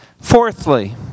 Fourthly